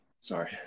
sorry